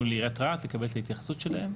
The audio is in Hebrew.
לעיריית רהט לקבל את ההתייחסות שלהם.